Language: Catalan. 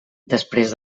després